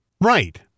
Right